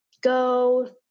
go